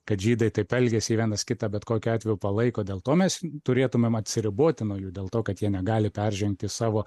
kad žydai taip elgiasi jie vienas kitą bet kokiu atveju palaiko dėl to mes turėtumėm atsiriboti nuo jų dėl to kad jie negali peržengti savo